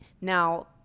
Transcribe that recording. Now